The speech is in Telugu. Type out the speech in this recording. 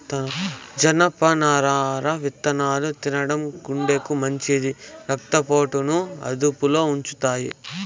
జనపనార విత్తనాలు తినడం గుండెకు మంచిది, రక్త పోటును అదుపులో ఉంచుతాయి